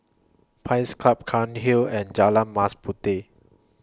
Pines Club Cairnhill and Jalan Mas Puteh